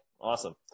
Awesome